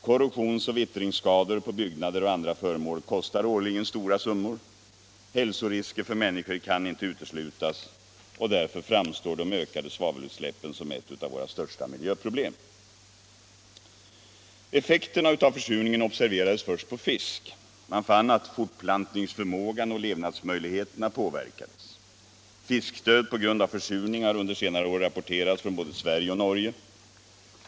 Korrosionsoch vittringsskador på byggnader och andra föremål kostar årligen stora summor. Hälsorisker för människor kan inte uteslutas. Därför framstår de ökade svavelutsläppen som ett av våra största miljöproblem. Effekterna av försurningen observerades först på fisk. Man fann att fortplantningsförmågan och levnadsmöjligheterna påverkades. Fiskdöd på grund av försurning har under senare år rapporterats från både Sverige och Norge.